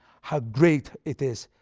how great it is,